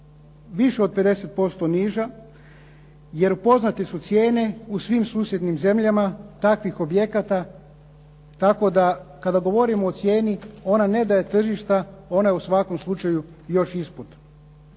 više od 50% niža jer poznate su cijene u svim susjednim zemljama takvih objekata tako da kada govorimo o cijeni, ona ne da je tržišna, ona je u svakom slučaju još ispod.